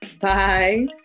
bye